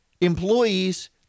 employees